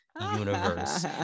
universe